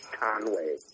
Conway